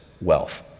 wealth